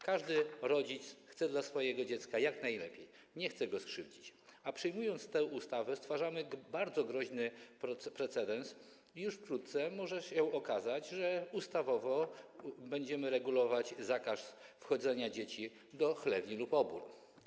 Każdy rodzic chce dla swojego dziecka jak najlepiej, nie chce go skrzywdzić, a przyjmując tę ustawę, stwarzamy bardzo groźny precedens i już wkrótce może się okazać, że ustawowo będziemy regulować zakaz wchodzenia dzieci do chlewni i obór.